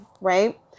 right